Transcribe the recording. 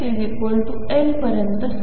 पर्यंत समाधान तयार केले